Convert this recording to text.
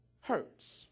hurts